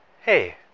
Hey